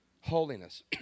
holiness